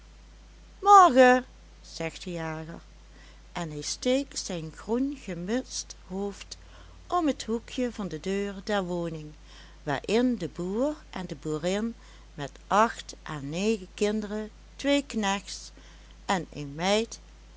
morgen zegt de jager en hij steekt zijn groen gemutst hoofd om t hoekje van de deur der woning waarin de boer en de boerin met acht à negen kinderen twee knechts en een meid